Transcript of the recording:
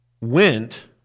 went